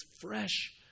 fresh